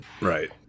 Right